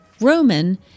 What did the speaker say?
Roman